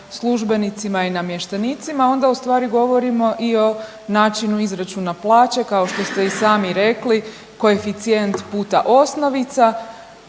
službenicima i namještenicima onda u stvari govorimo i o načinu izračuna plaće kao što ste i sami rekli koeficijent puta osnovica,